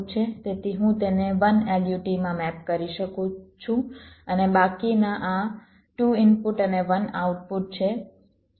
તેથી હું તેને 1 LUT માં મેપ કરી શકું છું અને બાકીના આ 2 ઇનપુટ અને 1 આઉટપુટ છે આ પણ તમે LUT માં મેપ કરી શકો છો